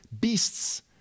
Beasts